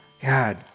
God